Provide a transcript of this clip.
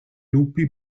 lupi